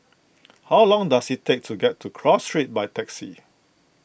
how long does it take to get to Cross Street by taxi